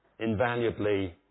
invaluably